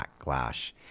backlash